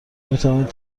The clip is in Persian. میتوانید